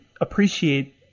appreciate